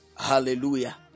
Hallelujah